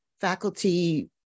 faculty